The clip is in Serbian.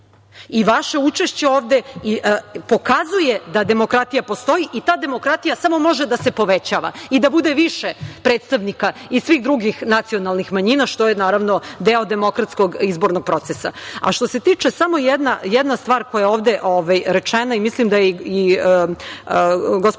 i vaše učešće ovde pokazuje da demokratija postoji i ta demokratija samo može da se povećava i da bude više predstavnika iz svih drugih nacionalnih manjina, što je naravno deo demokratskog izbornog procesa. Samo jedna stvar, koja je ovde rečena, i gospođa